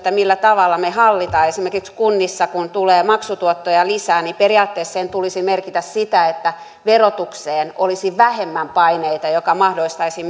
millä tavalla me hallitsemme tätä kun esimerkiksi kunnissa tulee maksutuottoja lisää niin periaatteessa sen tulisi merkitä sitä että verotukseen olisi vähemmän paineita mikä mahdollistaisi